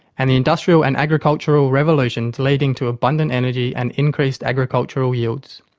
and the industrial and agricultural revolutions leading to abundant energy and increased agricultural yields.